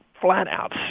flat-out